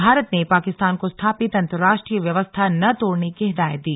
भारत ने पाकिस्तान को स्थापित अंतरराष्ट्रीय व्यवस्था न तोड़ने की हिदायत दी